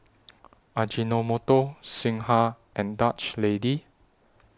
Ajinomoto Singha and Dutch Lady